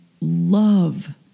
love